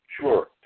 sure